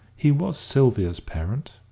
he was sylvia's parent.